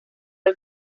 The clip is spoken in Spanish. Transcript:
del